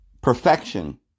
perfection